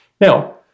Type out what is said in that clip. Now